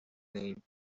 name